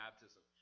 baptism